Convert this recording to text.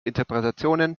interpretationen